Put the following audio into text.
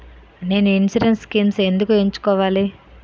నేను insurance schemes ఎందుకు ఎంచుకోవాలి?